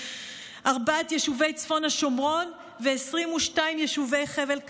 ארבעת יישובי צפון השומרון ו-22 יישובי חבל קטיף.